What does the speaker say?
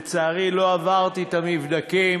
לצערי לא עברתי את המבדקים